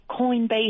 Coinbase